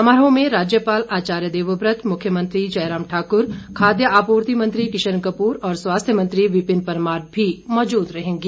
समारोह में राज्यपाल आचार्य देवव्रत मुख्यमंत्री जयराम ठाकुर खाद्य आपूति मंत्री किशन कपूर और स्वास्थ्य मंत्री विपिन परमार भी मौजूद रहेंगे